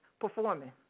performing